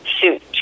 suit